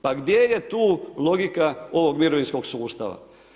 Pa gdje je tu logika ovog mirovinskog sustava.